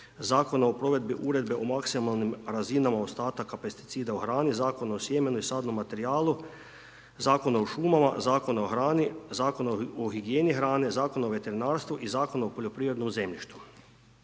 Zakona o provedbi uredbe o maksimalnim razinama ostataka pesticida u hrani, Zakon o sjemenu i sadnom materijalu, Zakona o šumama, Zakona o hrani, Zakona o higijeni hrane, Zakon o veterinarstvu i Zakon o poljoprivrednom zemljištu.